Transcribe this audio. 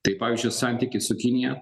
tai pavyzdžiui santykiai su kinija